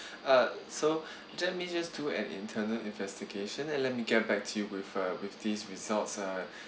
uh so let me just do an internal investigation and let me get back to you with uh with these results uh